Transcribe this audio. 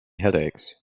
headaches